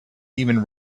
even